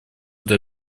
для